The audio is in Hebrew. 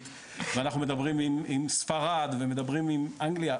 ואנחנו מדברים עם ספרד ומדברים עם אנגליה,